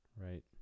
right